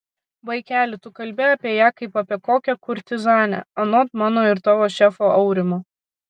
vaikeli tu kalbi apie ją kaip apie kokią kurtizanę anot mano ir tavo šefo aurimo